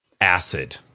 acid